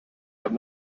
have